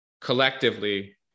collectively